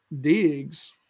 digs